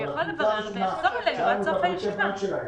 אבל לקבוצה הראשונה